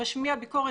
משמיע ביקורת,